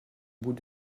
bout